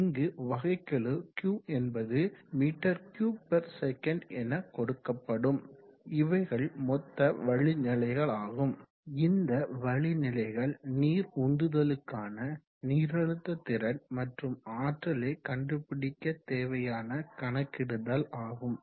இங்கு வகைக்கெழு Q என்பது m3 sec எனக்கொடுக்ப்படும் இவைகள் மொத்த வழிநிலைகளாகும் இந்த வழிநிலைகள் நீர் உந்துதலுக்கான நீரழுத்த திறன் மற்றும் ஆற்றலை கண்டுபிடிக்க தேவையான கணக்கிடுதலாகும்